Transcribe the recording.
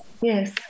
Yes